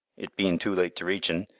it bein' too late to reach un,